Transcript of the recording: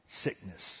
sickness